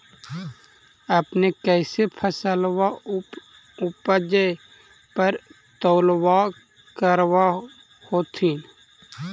अपने कैसे फसलबा उपजे पर तौलबा करबा होत्थिन?